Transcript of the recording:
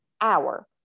hour